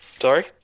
Sorry